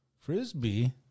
Frisbee